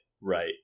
right